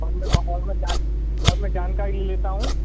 और मैं ब और मैं जान और मैं जानकारी ले लेता हूँ